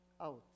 out